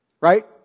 Right